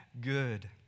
good